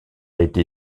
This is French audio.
été